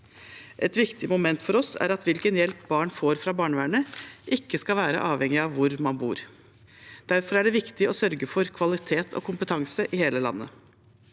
forsvarlige barnevernstjenester barn får fra barnevernet, ikke skal være avhengig av hvor man bor. Derfor er det viktig å sørge for kvalitet og kompetanse i hele landet.